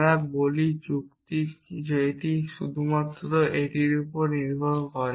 আমরা বলি যুক্তি এটি শুধুমাত্র এটির ওপর নির্ভর করে